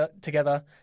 together